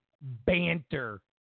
banter